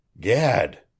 gad